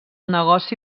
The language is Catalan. negoci